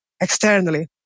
externally